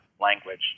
language